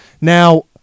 Now